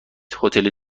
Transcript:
هتل